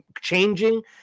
changing